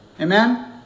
amen